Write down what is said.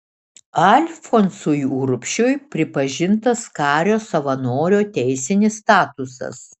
alfonsui urbšiui pripažintas kario savanorio teisinis statusas